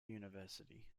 university